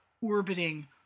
orbiting